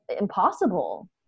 impossible